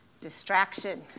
Distraction